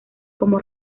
como